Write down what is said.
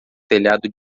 telhado